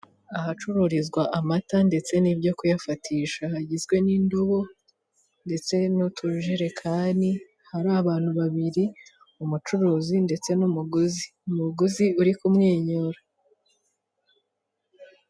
Ahacururizwa amata ndetse n'ibyo kuyafatisha hagizwe n'indobo ndetse n'utujerekani, hari abantu babiri umucuruzi ndetse n'umuguzi, umuguzi uri kumwenyura.